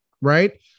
right